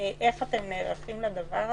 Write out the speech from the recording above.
איך אתם נערכים לדבר הזה?